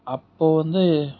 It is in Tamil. அப்போ வந்து